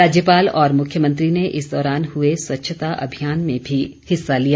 राज्यपाल और मुख्यमंत्री ने इस दौरान हुए स्वच्छता अभियान में भी हिस्सा लिया